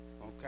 okay